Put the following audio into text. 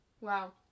wow